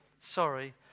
Sorry